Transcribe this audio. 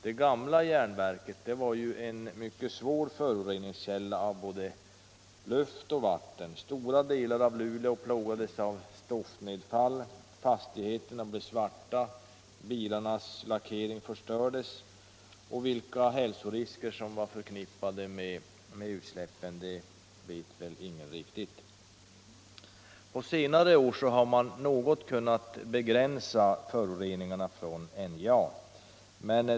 Det gamla järnverket var en svår föroreningskälla för både luft och vatten. Stora delar av Luleå plågades av stoftnedfall. Fastigheterna blev 137 svarta, lacken på bilarna förstördes och vilka hälsorisker som var förknippade med utsläppen vet väl ingen riktigt. På senare år har man något kunnat begränsa föroreningarna från NJA.